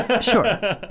sure